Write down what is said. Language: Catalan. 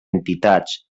entitats